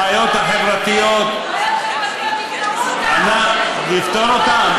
הבעיות החברתיות, בעיות חברתיות, תפתרו אותן.